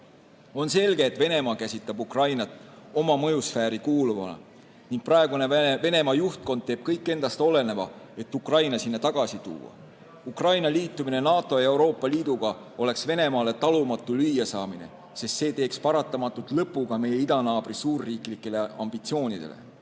On selge, et Venemaa käsitleb Ukrainat oma mõjusfääri kuuluvana ning praegune Venemaa juhtkond teeb kõik endast oleneva, et Ukraina sinna tagasi tuua. Ukraina liitumine NATO ja Euroopa Liiduga oleks Venemaale talumatu lüüasaamine, sest see teeks paratamatult lõpu ka meie idanaabri suurriiklikele ambitsioonidele.